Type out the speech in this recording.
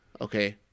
Okay